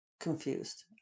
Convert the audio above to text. confused